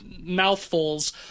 mouthfuls